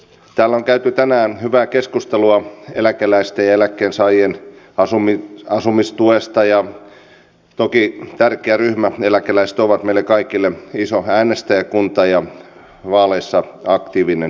täällä on käyty tänään hyvää keskustelua eläkeläisistä ja eläkkeensaajien asumistuesta ja toki tärkeä ryhmä eläkeläiset ovat meille kaikille iso äänestäjäkunta ja vaaleissa aktiivinen ryhmä